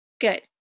Good